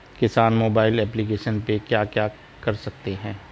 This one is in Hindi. किसान मोबाइल एप्लिकेशन पे क्या क्या कर सकते हैं?